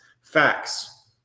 facts